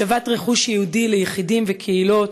השבת רכוש יהודי ליחידים וקהילות,